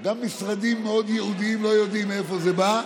גם משרדים מאוד ייעודיים לא יודעים מאיפה זה בא.